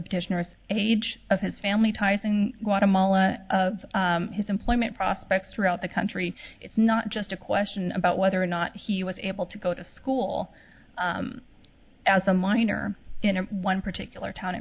petitioners age of his family ties in guatemala of his employment prospects throughout the country it's not just a question about whether or not he was able to go to school as a minor in one particular town in